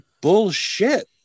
bullshit